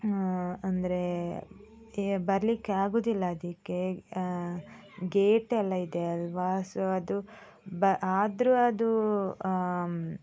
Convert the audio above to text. ಅಂದರೆ ಈಗ ಬರಲಿಕ್ಕೆ ಆಗುವುದಿಲ್ಲ ಅದಕ್ಕೆ ಗೇಟೆಲ್ಲ ಇದೆ ಅದು ವಾಸು ಅದು ಬ ಆದರೂ ಅದು